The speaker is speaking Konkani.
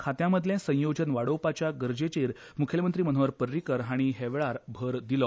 खांत्यांमदलें संयोजन वाडोवपाच्या गरजेचेर मुखेलमंत्री मनोहर पर्रीकार हांणी हेवेळार भर दिलो